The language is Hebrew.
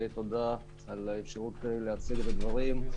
תודה על האפשרות להציג את הדברים.